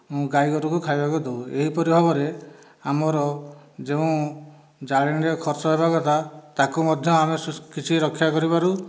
ଗାଈଗୋରୁଙ୍କୁ ଖାଇବାକୁ ଦଉ ଏହିପରି ଭାବରେ ଆମର ଯେଉଁ ଜାଳେଣିରେ ଖର୍ଚ୍ଚ ହେବାକଥା ତାକୁ ମଧ୍ୟ କିଛି ରକ୍ଷା କରିପାରୁ